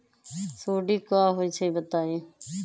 सुडी क होई छई बताई?